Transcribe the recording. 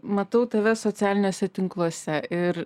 matau tave socialiniuose tinkluose ir